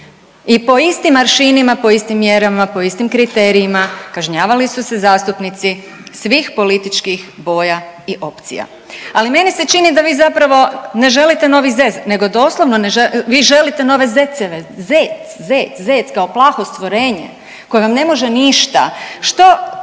I po istim aršinima, po istim mjerama, po istim kriterijima kažnjavali su se zastupnici svih političkih boja i opcija. Ali meni se čini da vi zapravo ne želite novi zez, nego doslovno ne, vi želite nove zeceve, zec, zec, zec, kao plaho stvorenje koje vam ne može ništa. Što